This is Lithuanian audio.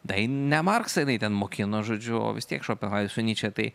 tai ne marksą jinai ten mokino žodžiu o vis tiek šopenhauerį su nyče tai